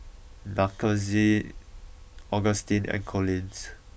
Makenzie Augustine and Collins